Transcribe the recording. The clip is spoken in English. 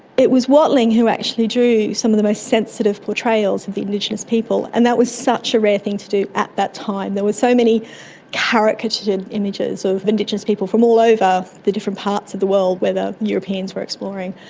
it was watling who actually drew some of the most sensitive portrayals of the indigenous people, and that was such a rare thing to do at that time. there were so many caricatured images of indigenous people from all over the different parts of the world where the europeans were exploring,